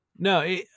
No